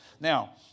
Now